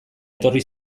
etorri